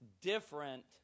different